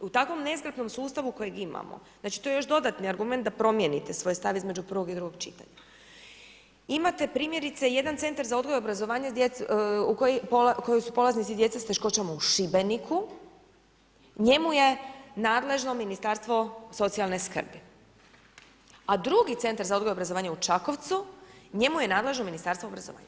U takvom nezgrapnom sustavu kojeg imamo, znači to je još dodatni argument da promijenite svoj stav između prvog i drugog čitanja, imate primjerice jedan Centar za odgoj i obrazovanje kojeg su polaznici djeca s teškoćama u Šibeniku, njemu je nadležno Ministarstvo socijalne skrbi, a drugi Centar za odgoj i obrazovanje u Čakovcu, njemu je nadležno Ministarstvo obrazovanja.